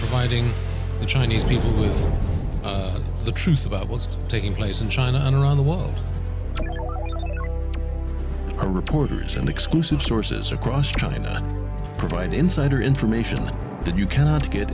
fighting the chinese people with the truth about what's taking place in china and around the world are reporters and exclusive sources across china provide insider information that you cannot get